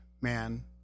man